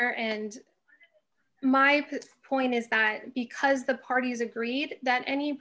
honor and my point is that because the parties agreed that any